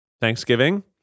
Thanksgiving